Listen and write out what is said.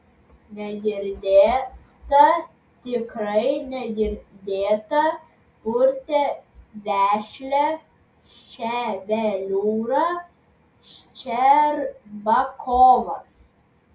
negirdėta tikrai negirdėta purtė vešlią ševeliūrą ščerbakovas